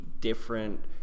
different